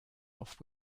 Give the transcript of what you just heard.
off